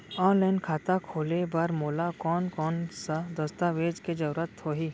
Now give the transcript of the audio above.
Online खाता खोले बर मोला कोन कोन स दस्तावेज के जरूरत होही?